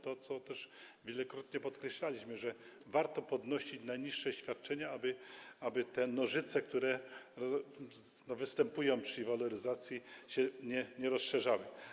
To też wielokrotnie podkreślaliśmy, że warto podnosić najniższe świadczenia, aby te nożyce, które występują przy waloryzacji, się nie rozszerzały.